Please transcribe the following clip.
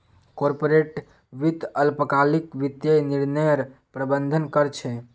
corporate वित्त अल्पकालिक वित्तीय निर्णयर प्रबंधन कर छे